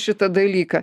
šitą dalyką